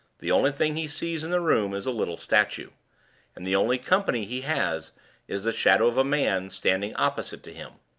the only thing he sees in the room is a little statue and the only company he has is the shadow of a man standing opposite to him.